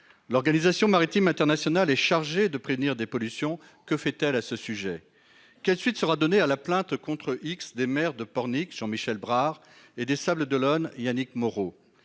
L'Organisation maritime internationale est chargée de prévenir des pollutions. Que fait-elle en la matière ? Quelle suite sera donnée à la plainte contre X des maires de Pornic, Jean-Michel Brard, et des Sables-d'Olonne, Yannick Moreau ?